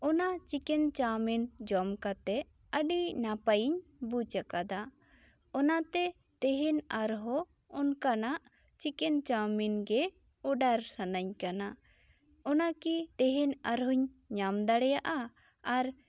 ᱚᱱᱟ chicken chowmein ᱡᱚᱢ ᱠᱟᱛᱮᱜ ᱟᱹᱰᱤ ᱱᱟᱯᱟᱭ ᱤᱧ ᱵᱩᱡᱽ ᱟᱠᱟᱫᱟ ᱚᱱᱟ ᱛᱮ ᱛᱮᱦᱮᱱ ᱟᱨᱦᱚᱸ ᱚᱱᱠᱟᱱᱟᱜ ᱪᱤᱠᱮᱱ ᱪᱟᱣᱢᱤᱱ ᱜᱮ ᱚᱰᱟᱨ ᱥᱟᱱᱟᱹᱧ ᱠᱟᱱᱟ ᱚᱱᱟ ᱠᱤ ᱛᱮᱦᱮᱧ ᱟᱨ ᱦᱚᱧ ᱧᱟᱢ ᱫᱟᱲᱮᱭᱟᱜ ᱟ ᱟᱨ